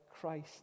Christ